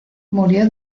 murió